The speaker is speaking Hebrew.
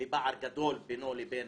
ופער גדול גם בינו לבין